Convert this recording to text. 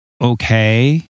okay